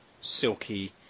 silky